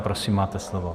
Prosím, máte slovo.